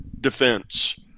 defense